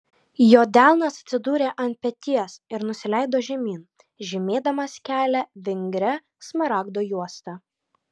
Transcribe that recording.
jo delnas atsidūrė ant peties ir nusileido žemyn žymėdamas kelią vingria smaragdo juosta